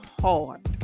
hard